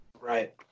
Right